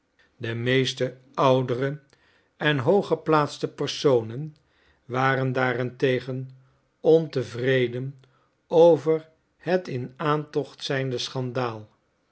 de meeste oudere en hooggeplaatste personen waren daarentegen ontevreden over het in aantocht zijnde schandaal